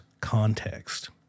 context